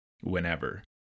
whenever